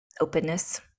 openness